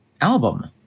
album